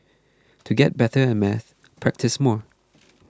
to get better at maths practise more